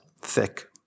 thick